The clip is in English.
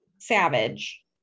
Savage